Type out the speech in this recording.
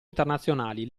internazionali